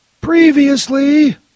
Previously